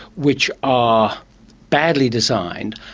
which are badly designed,